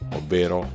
ovvero